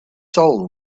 soul